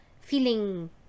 feeling